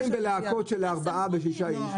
הם הולכים בלהקות של ארבעה ושישה איש,